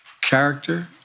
character